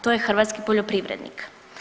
To je hrvatski poljoprivrednik.